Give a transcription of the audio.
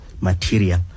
material